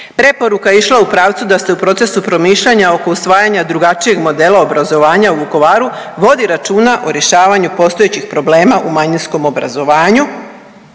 Preporuka je išla u pravcu da se u procesu promišljanja oko usvajanja drugačijeg modela obrazovanja u Vukovaru vodi računa o rješavanju postojećih problema u manjinskom obrazovanju